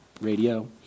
Radio